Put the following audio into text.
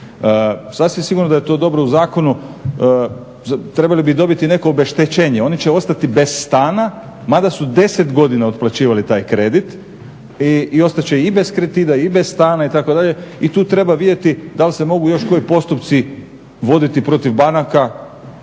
Sasvim sigurno da je to dobro u zakonu, trebali bi dobiti neko obeštećenje. Oni će ostati bez stana mada su 10 godina otplaćivali taj kredit i ostat će i bez kredita i bez stana itd. I tu treba vidjeti da li se mogu još koji postupci voditi protiv banaka